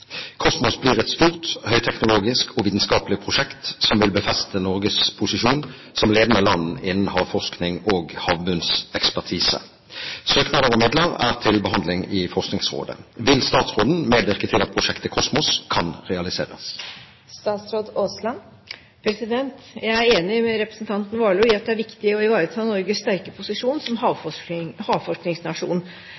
COSMOS blir et stort, høyteknologisk og vitenskapelig prosjekt som vil befeste Norges posisjon som ledende land innen havforskning og havbunnsekspertise. Søknad om midler er til behandling i Forskningsrådet. Vil statsråden medvirke til at prosjektet COSMOS kan realiseres?» Jeg er enig med representanten Warloe i at det er viktig å ivareta Norges sterke posisjon som